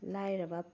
ꯂꯥꯏꯔꯕ